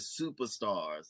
superstars